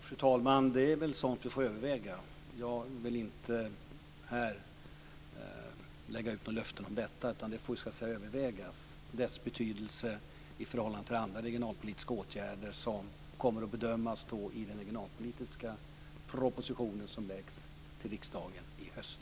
Fru talman! Det är sådant vi får överväga. Jag vill inte här lägga ut några löften om detta, utan det får övervägas vilken betydelse det har i förhållande till andra regionalpolitiska åtgärder som kommer att bedömas i den regionalpolitiska proposition som läggs fram för riksdagen i höst.